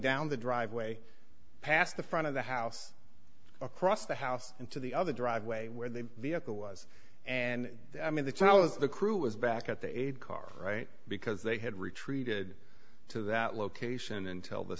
down the driveway past the front of the house across the house into the other driveway where the vehicle was and i mean the child was the crew was back at the eight car right because they had retreated to that location until the